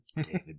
David